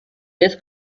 this